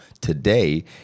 today